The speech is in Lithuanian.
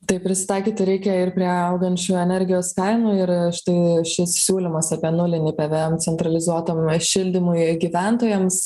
tai prisitaikyti reikia ir prie augančių energijos kainų ir štai šis siūlymas apie nulinį pvm centralizuotam šildymui gyventojams